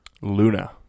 Luna